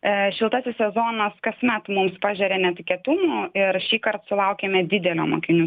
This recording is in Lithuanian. šiltasis sezonas kasmet mums pažeria netikėtumų ir šįkart sulaukėme didelio mokinių